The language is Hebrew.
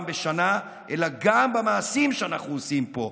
בשנה אלא גם במעשים שאנחנו עושים פה.